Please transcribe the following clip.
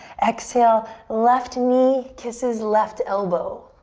exhale, left knee kisses left elbow.